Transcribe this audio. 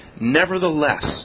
Nevertheless